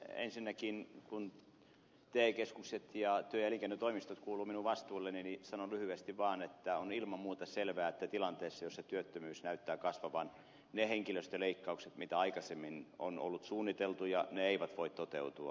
ensinnäkin kun te keskukset ja työ ja elinkeinotoimistot kuuluvat minun vastuulleni sanon lyhyesti vaan että on ilman muuta selvää että tilanteessa jossa työttömyys näyttää kasvavan ne henkilöstöleikkaukset mitä aikaisemmin on ollut suunniteltuna eivät voi toteutua